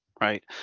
right